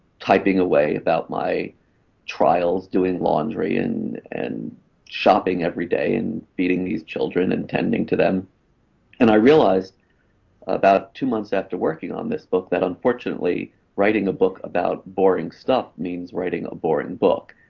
typing away without my trials, doing laundry and and shopping everyday and feeding these children and attending to them and i realized about two months after working on this book that unfortunately writing the book about boring stuff means writing a boring book.